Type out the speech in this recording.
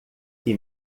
que